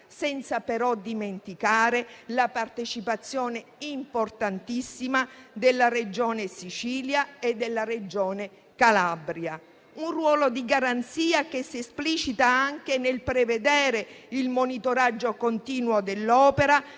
senza però dimenticare la partecipazione importantissima della Regione Sicilia e della Regione Calabria. Un ruolo di garanzia che si esplicita anche nel prevedere il monitoraggio continuo dell'opera,